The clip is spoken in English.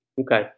Okay